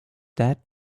that